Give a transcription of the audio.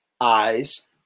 eyes